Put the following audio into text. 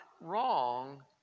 wrong